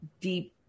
deep